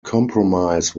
compromise